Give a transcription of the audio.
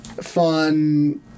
fun